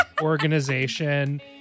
organization